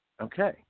Okay